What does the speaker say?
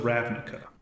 Ravnica